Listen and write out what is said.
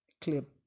clip